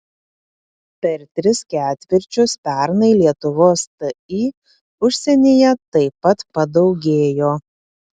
per tris ketvirčius pernai lietuvos ti užsienyje taip pat padaugėjo